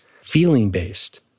feeling-based